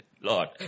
Lord